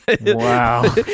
wow